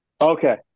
Okay